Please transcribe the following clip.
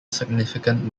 significant